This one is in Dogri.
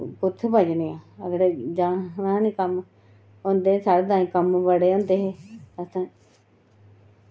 कुत्थै पचनियां कुतै जाना गै नेईं कम्म होंदे हे साढ़े ताहीं कम्म बड़े होंदे हे